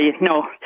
no